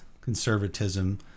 conservatism